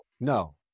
No